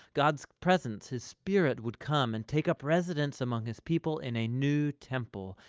god's presence, his spirit, would come and take up residence among his people in a new temple,